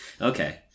okay